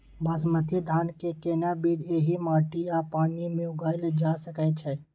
बासमती धान के केना बीज एहि माटी आ पानी मे उगायल जा सकै छै?